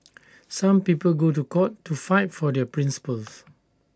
some people go to court to fight for their principles